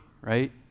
right